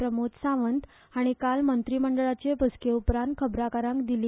प्रमोद सावंत हांणी आज मंत्रीमंडळाचे बसके उपरांत खबराकारांक दिली